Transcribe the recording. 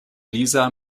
liza